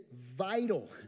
vital